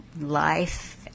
life